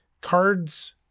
cards